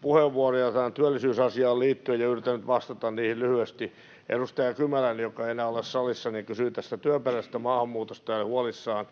puheenvuoroja työllisyysasiaan liittyen, ja yritän vastata niihin lyhyesti. Edustaja Kymäläinen, joka ei enää ole salissa, kysyi tästä työperäisestä maahanmuutosta ja oli huolissaan